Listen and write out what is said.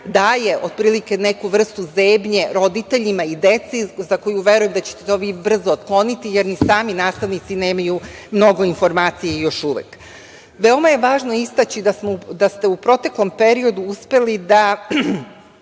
daje otprilike neku vrstu zebnje roditeljima i deci za koju verujem da ćete to vi brzo otkloniti, jer ni sami nastavnici nemaju mnogo informacija još uvek. Veoma je važno istaći da ste u proteklom periodu uspeli da